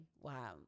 wow